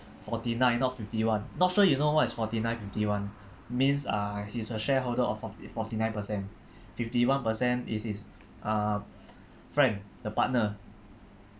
forty nine not fifty one not sure you know what is forty nine fifty one means uh he's a shareholder of forty forty nine percent fifty one per cent is his uh friend the partner